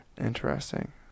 Interesting